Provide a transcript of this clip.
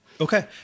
Okay